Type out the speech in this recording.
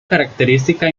característica